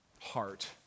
heart